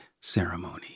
ceremony